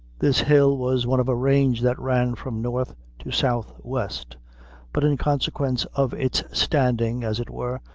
this hill was one of a range that ran from north to southwest but in consequence of its standing, as it were,